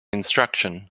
instruction